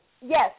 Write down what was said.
Yes